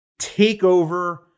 takeover